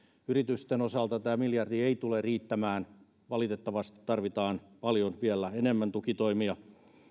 yritysten osalta tämä miljardi ei tule riittämään valitettavasti tarvitaan vielä paljon enemmän tukitoimia